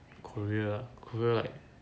korea korea ah like